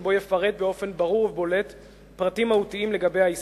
שבו יפרט באופן ברור ובולט פרטים מהותיים לגבי העסקה.